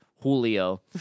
Julio